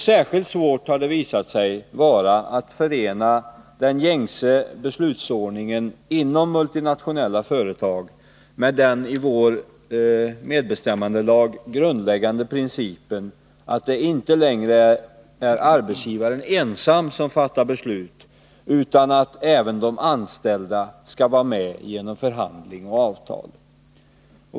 Särskilt svårt har det visat sig vara att förena den gängse beslutsordningen inom multinationella företag med den i vår medbestämmandelag grundläggande principen att det inte längre är arbetsgivaren ensam som fattar beslut, utan att även de anställda skall vara med genom förhandling och avtal.